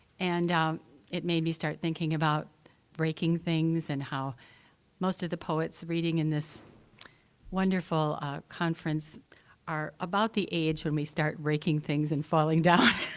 and it made me start thinking about breaking things, and how most of the poets reading in this wonderful conference are about the age when we start breaking things and falling down.